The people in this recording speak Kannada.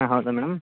ಹಾಂ ಹೌದ ಮೇಡಮ್